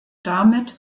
damit